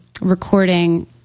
recording